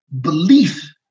belief